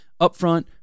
upfront